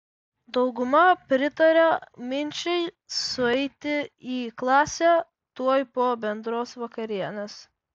dauguma pritaria minčiai sueiti į klasę tuoj po bendros vakarienės